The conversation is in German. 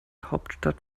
hauptstadt